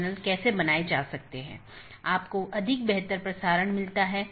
जब ऐसा होता है तो त्रुटि सूचना भेज दी जाती है